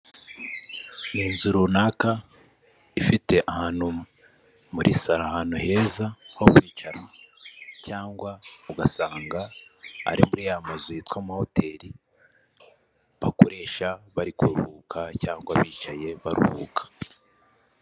Inzu runaka ifite ahantu muri saro ahantu heza ho kwicara cyangwa ugasanga ari muri y'amazu yitwa amohoteri bakoresha bari kuruhuka cyangwa bicaye baruhuka.